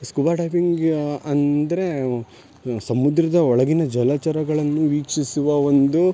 scuba diving ಅಂದರೆ ಸಮುದ್ರದ ಒಳಗಿನ ಜಲಚರಗಳನ್ನು ವೀಕ್ಷಿಸುವ ಒಂದು